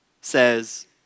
says